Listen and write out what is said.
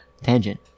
tangent